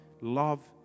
love